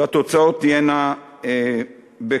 והתוצאות תהיינה בקרוב.